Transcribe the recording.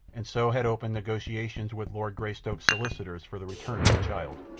and so had opened negotiations with lord greystoke's solicitors for the return of the child.